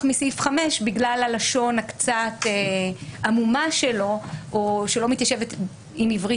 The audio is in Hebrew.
מסעיף 5 בגלל הלשון הקצת עמומה שלו או שלא מתיישבת עם עברית